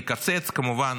לקצץ כמובן